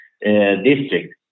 district